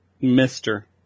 Mister